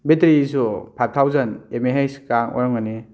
ꯕꯦꯠꯇꯔꯤꯁꯨ five thousand M A ꯍꯩꯆꯀ ꯑꯣꯏꯔꯝꯒꯅꯤ